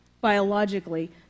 biologically